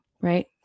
Right